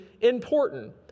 important